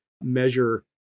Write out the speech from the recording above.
measure